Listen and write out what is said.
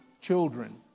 children